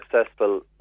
successful